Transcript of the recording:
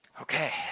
Okay